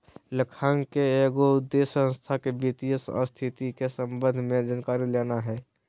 लेखांकन के एगो उद्देश्य संस्था के वित्तीय स्थिति के संबंध में जानकारी लेना हइ